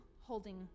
holding